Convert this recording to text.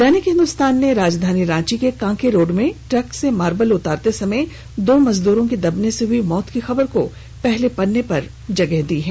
दैनिक हिन्दुस्तान ने राजधानी रांची के कांके रोड में ट्रक से मार्बल उतारते समय दो मजदूरों की दबने से हुई मौत की खबर को पहले पेज पर जगह दी है